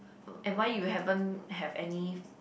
and why you haven't have any